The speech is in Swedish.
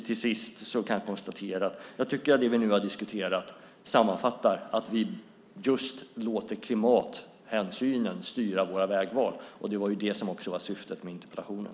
Till sist kan jag konstatera att det vi nu har diskuterat visar att vi låter klimathänsynen styra våra vägval. Det var ju också det som var syftet med interpellationen.